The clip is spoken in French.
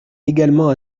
également